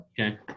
Okay